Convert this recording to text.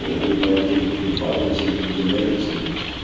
we call it the difference between positive symptoms and negative symptoms.